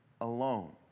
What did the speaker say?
alone